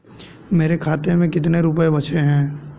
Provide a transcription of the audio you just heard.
मेरे खाते में कितने रुपये बचे हैं?